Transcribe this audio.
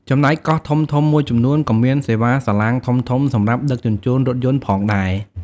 ចំណែកកោះធំៗមួយចំនួន ក៏មានសេវាសាឡាងធំៗសម្រាប់ដឹកជញ្ជូនរថយន្តផងដែរ។